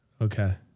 Okay